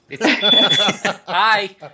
Hi